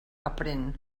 aprén